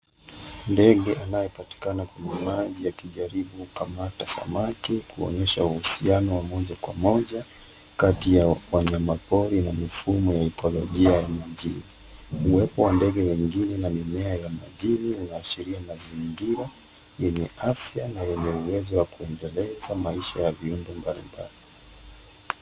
Ndege anayepatikana kwenye maji akijaribu kamata samaki kuonyesha uhusiano wa moja kwa moja kati ya wanyamapori na mifumo ya ekolojia ya majini. Uwepo wa ndege wengine na mimea ya majini unaashiria mazingira yenye afya na wenye uwezo wa kuendeleza maisha ya viumbe mbalimbali.